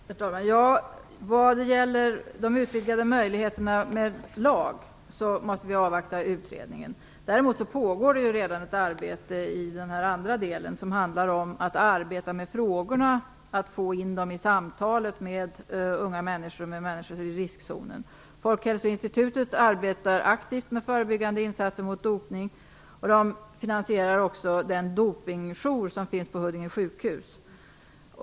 Herr talman! Vad gäller utvidgning av de lagliga möjligheterna måste vi avvakta utredningens resultat. Däremot pågår det redan ett arbete i den andra delen, som handlar om att jobba med frågorna och att få in dem i samtalet med unga människor och med människor i riskzonen. Folkhälsoinstitutet arbetar aktivt med förebyggande insatser mot dopning och finansierar också Dopingjouren på Huddinge sjukhus.